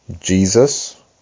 Jesus